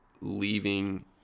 leaving